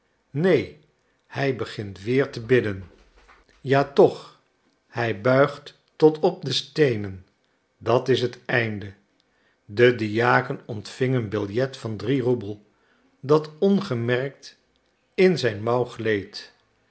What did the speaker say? neen hij begint weer te bidden ja toch hij buigt tot op de steenen dat is het einde de diaken ontving een billet van drie roebel dat ongemerkt in zijn mouw gleed